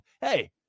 Hey